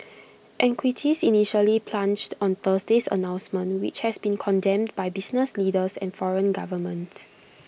equities initially plunged on Thursday's announcement which has been condemned by business leaders and foreign governments